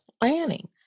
planning